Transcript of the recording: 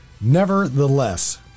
Nevertheless